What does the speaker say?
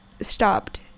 stopped